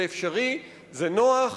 זה אפשרי, זה נוח,